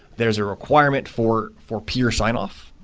there's a requirement for for peer sign off.